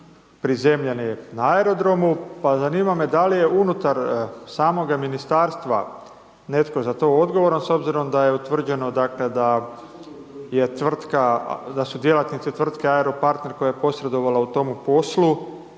prizemljeni na aerodromu pa zanima me da li je unutar samoga ministarstva netko za to odgovoran s obzirom da je utvrđeno da je tvrtka, da su djelatnici tvrtke Aeropartner koja je posredovala u tome poslu,